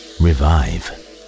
revive